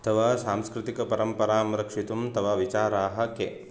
तव सांस्कृतिकपरम्परां रक्षितुं तव विचाराः के